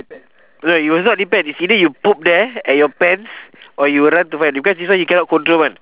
no it will not depend is either you poop there at your pants or you run to find because this one you cannot control [one]